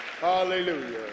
Hallelujah